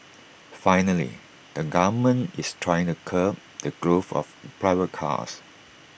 finally the government is trying to curb the growth of private cars